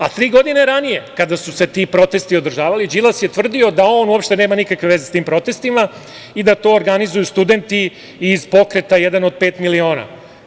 A tri godine ranije, kada su se ti protesti održavali, Đilas je tvrdio da on uopšte nema nikakve veze sa tim protestima i da to organizuju studenti iz pokreta "Jedan od pet miliona"